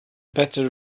better